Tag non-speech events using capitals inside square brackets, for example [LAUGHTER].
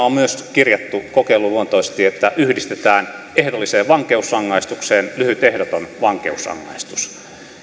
[UNINTELLIGIBLE] on myös kirjattu kokeiluluontoisesti että yhdistetään ehdolliseen vankeusrangaistukseen lyhyt ehdoton vankeusrangaistus